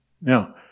Now